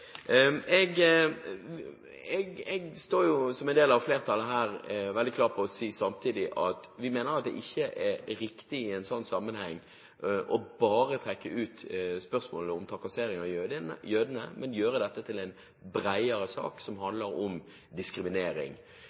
er der. Jeg står som en del av flertallet her og er veldig klar på samtidig å si at vi mener at det ikke er riktig i en slik sammenheng bare å trekke ut spørsmålet om trakassering av jødene. Man må gjøre dette til en bredere sak som handler om diskriminering.